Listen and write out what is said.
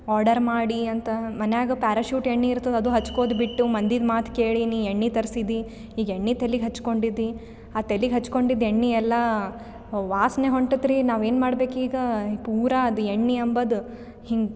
order ಮಾಡಿ ಅಂತ ಮನ್ಯಾಗೆ ಪ್ಯಾರಶೂಟ್ ಎಣ್ಣೆ ಇರ್ತದೆ ಅದು ಹಚ್ಕೋದು ಬಿಟ್ಟು ಮಂದಿದು ಮಾತು ಕೇಳಿ ನೀ ಎಣ್ಣೆ ತರಿಸಿದ್ದಿ ಈಗ ಎಣ್ಣೆ ತಲೆಗ್ ಹಚ್ಕೊಂಡಿದ್ದಿ ಆ ತೆಲಿಗೆ ಹಚ್ಕೊಂಡಿದ್ದು ಎಣ್ಣೆ ಎಲ್ಲ ವಾಸನೆ ಹೊಂಟತ್ರಿ ನಾವೇನು ಮಾಡ್ಬೇಕು ಈಗ ಪುರಾ ಅದು ಎಣ್ಣೆ ಅಂಬೊದ್ ಹಿಂಗೆ